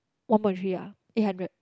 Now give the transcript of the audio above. one point three ah eight hundred